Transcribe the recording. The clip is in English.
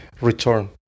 return